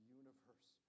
universe